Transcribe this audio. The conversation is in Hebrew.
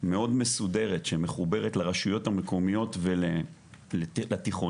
מאוד מסודרת שמחוברת לרשויות המקומיות ולתיכונים.